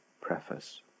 preface